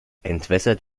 entwässert